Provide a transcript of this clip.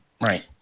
Right